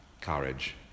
courage